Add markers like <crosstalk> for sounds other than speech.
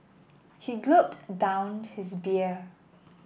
he <unintelligible> down his beer